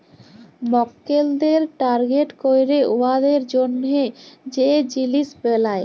মক্কেলদের টার্গেট ক্যইরে উয়াদের জ্যনহে যে জিলিস বেলায়